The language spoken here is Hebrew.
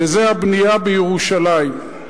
וזה הבנייה בירושלים.